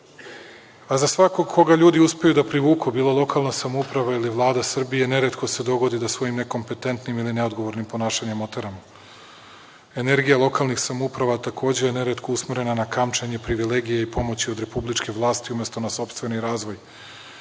a za svakog koga ljudi uspeju da privuku bilo da je lokalna samouprava ili Vlada Srbije neretko se dogodi da svojim nekompetentnim ili neodgovornim ponašanjem oteramo. Energija lokalnih samouprava takođe je neretko usmerena na kamčenje privilegija i pomoći republičke vlasti umesto na sopstveni razvoj,